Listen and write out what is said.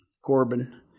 Corbin